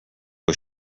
was